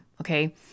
okay